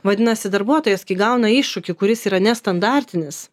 vadinasi darbuotojas kai gauna iššūkį kuris yra nestandartinis